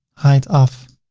height of